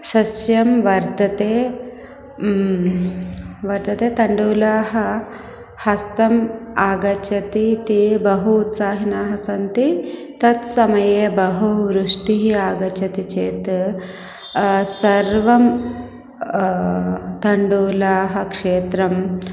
सस्यं वर्धते वर्ध ते तण्डुलाः हस्तम् आगच्छन्ति ते बहु उत्साहेन हसन्ति तत् समये बहु रुष्टिः आगच्छति चेत् सर्वे तण्डुलाः क्षेत्रं